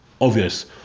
obvious